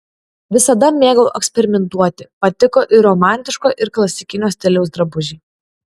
visada mėgau eksperimentuoti patiko ir romantiško ir klasikinio stiliaus drabužiai